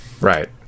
right